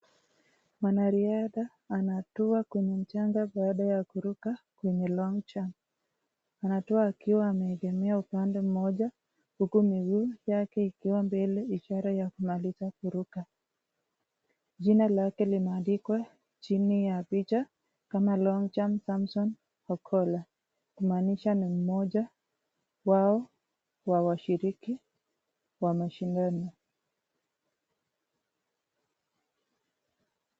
Mwanariadha anatua kwenye mchanga baada ya kuruka kwenye [long jump]. Anatua akiwa ameegemea upande mmoja, huku miguu yake ikiwa mbele ishara ya kumaliza kuruka. Jina lake limeandikwa chini ya picha kama [long jump] Samson Ogolla. Kumaanisha ni mmoja wao wa washiriki wa mashindano.